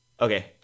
Okay